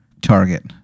target